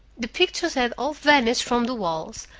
the pictures had all vanished from the walls.